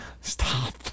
Stop